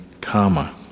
karma